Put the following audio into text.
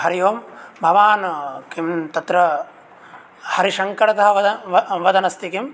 हरिः ओम् भवान् किं तत्र हरिशङ्कर्तः वदन् अस्ति किं